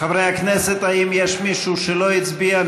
חברי הכנסת, האם יש מישהו שלא הצביע?